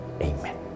Amen